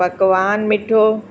पकवान मिठो